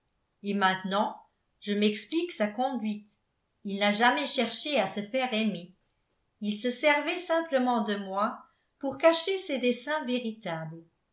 et maintenant je m'explique sa conduite il n'a jamais cherché à se faire aimer il se servait simplement de moi pour cacher ses desseins véritables